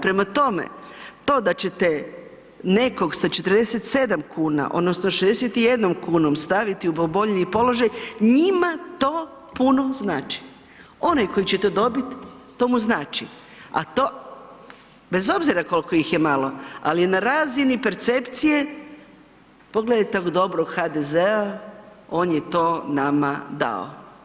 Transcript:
Prema tome, to da ćete nekog sa 47 kn odnosno 61 staviti u povoljniji položaj, njima to puno znači, onaj koji će to dobit, to mu znači a to bez obzira koliko ih je malo, ali na razini percepcije, pogledajte dobrog HDZ-a, on je to nama dao.